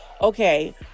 okay